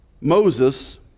Moses